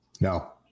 No